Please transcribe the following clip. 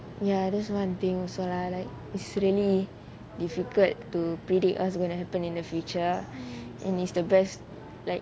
ya that's one thing also lah like it's really difficult to predict what's going to happen in the future and is the best like